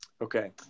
Okay